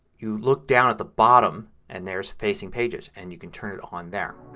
you look down at the bottom and there's facing pages. and you can turn it on there.